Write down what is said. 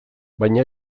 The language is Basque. baina